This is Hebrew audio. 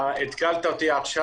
התקלת אותי עכשיו,